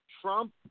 Trump